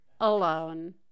alone